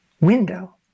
window